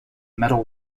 metal